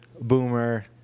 Boomer